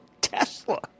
Tesla